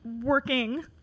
working